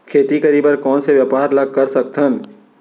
खेती करे बर कोन से व्यापार ला कर सकथन?